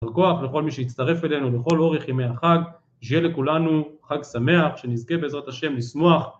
ישר כוח לכל מי שהצטרף אלינו לכל אורך ימי החג, שיהיה לכולנו חג שמח, שנזכה בעזרת השם לשמוח